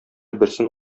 берсен